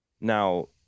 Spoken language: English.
Now